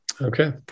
Okay